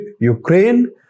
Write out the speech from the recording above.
Ukraine